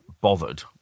bothered